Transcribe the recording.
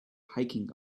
hiking